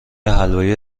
حلوای